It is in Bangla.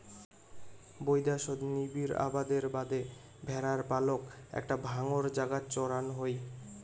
বৈদ্যাশত নিবিড় আবাদের বাদে ভ্যাড়ার পালক একটা ডাঙর জাগাত চড়ান হই